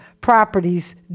properties